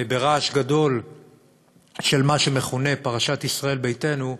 ברעש גדול של מה שמכונה פרשת ישראל ביתנו,